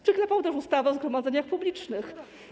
Przyklepał też ustawę o zgromadzeniach publicznych.